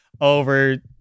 over